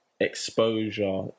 exposure